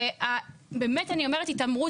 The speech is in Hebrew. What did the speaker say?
ואני באמת אומרת התעמרות,